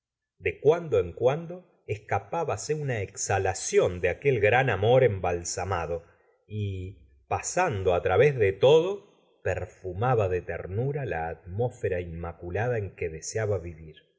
de cuando en cuando escapábase una exhalación de aquel gran amor e mbalsamado y pasando á través de todo perfumaba de ternura la atmósfera inmaculada en que deseaba vivir